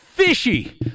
Fishy